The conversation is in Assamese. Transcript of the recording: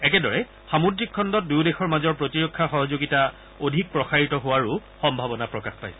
একেদৰে সামুদ্ৰিক খণ্ডত দুয়ো দেশৰ মাজৰ প্ৰতিৰক্ষা সহযোগিতা অধিক প্ৰসাৰিত হোৱাৰো সম্ভাৱনা প্ৰকাশ পাইছে